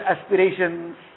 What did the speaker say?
aspirations